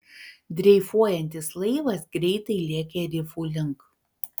dreifuojantis laivas greitai lėkė rifų link